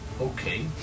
Okay